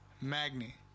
Magni